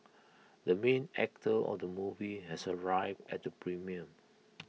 the main actor of the movie has arrived at the premiere